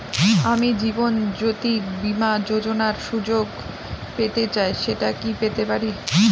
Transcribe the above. আমি জীবনয্যোতি বীমা যোযোনার সুযোগ পেতে চাই সেটা কি পেতে পারি?